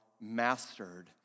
mastered